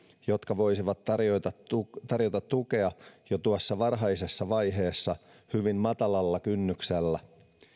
jotka voisivat tarjota tukea jo tuossa varhaisessa vaiheessa hyvin matalalla kynnyksellä